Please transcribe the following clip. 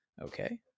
Okay